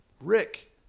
Rick